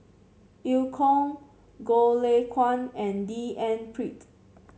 Eu Kong Goh Lay Kuan and D N Pritt